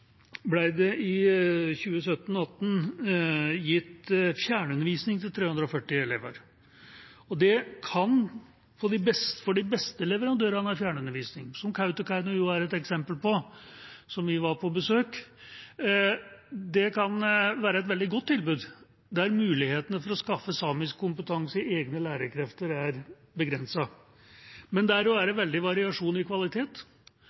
I 2017–2018 ble det gitt fjernundervisning til 340 elever. Det kan for de beste leverandørene av fjernundervisning – som Kautokeino, der vi var på besøk, er et eksempel på – være et veldig godt tilbud der mulighetene til å skaffe samisk kompetanse i egne lærerkrefter er begrenset. Men der er det også veldig stor variasjon i kvalitet,